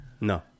No